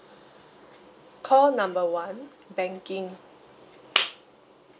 call number one banking